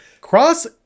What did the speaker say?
Cross